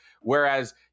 Whereas